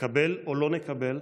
נקבל או לא נקבל,